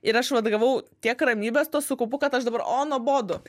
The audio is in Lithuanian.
ir aš vat gavau tiek ramybės to su kaupu kad aš dabar o nuobodu